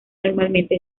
normalmente